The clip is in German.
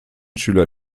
schüler